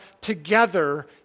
together